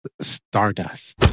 stardust